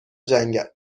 جنگل